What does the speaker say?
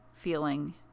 feeling